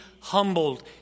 humbled